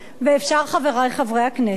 ואפשר, חברי חברי הכנסת,